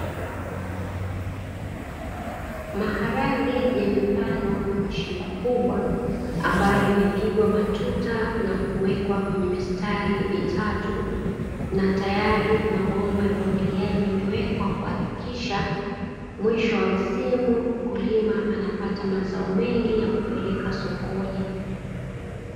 Maharage yamepandwa kwenye shamba kubwa ambalo limepigwa matuta na kuwekwa kwenye mistari mitatu, na tayari mabomba ya umwagiliaji yamewekwa kuhakikisha mwisho wa msimu, mkulima anapata mazao mengi ya kupeleka sokoni.